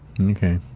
Okay